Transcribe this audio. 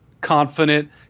confident